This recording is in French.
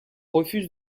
refuse